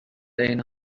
عین